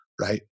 right